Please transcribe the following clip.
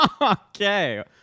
Okay